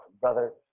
brother